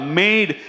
made